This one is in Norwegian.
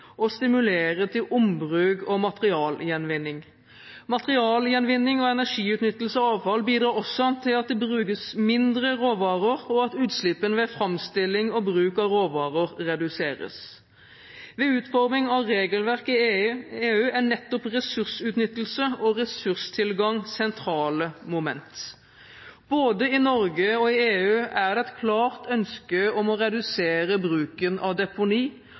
stimulere til ombruk og materialgjenvinning. Materialgjenvinning og energiutnyttelse av avfall bidrar også til at det brukes mindre råvarer, og at utslippene ved framstilling og bruk av råvarer reduseres. Ved utforming av regelverk i EU er nettopp ressursutnyttelse og ressurstilgang sentrale moment. Både i Norge og i EU er det et klart ønske om å redusere bruken av deponi